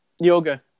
Yoga